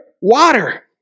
water